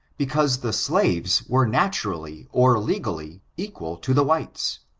because the slaves were naturally or legally equal to the whites,